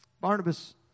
Barnabas